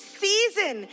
season